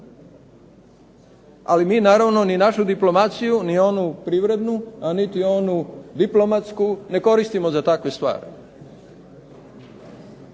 Ali mi naravno ni našu diplomaciju ni onu privrednu a ni onu diplomatsku ne koristimo za takve stvari.